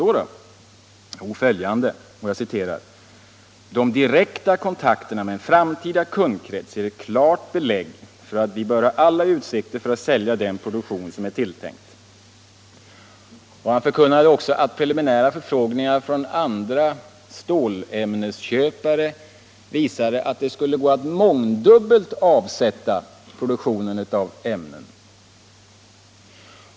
Jo, följande: ”De direkta kontakterna med en framtida kundkrets ger ett klart belägg för att vi bör ha alla utsikter att sälja den produktion som är tilltänkt.” Industriministern förkunnade också att preliminära förfrågningar från andra stålämnesköpare visade att det skulle gå att mångdubbelt avsätta produktionen av ämnen.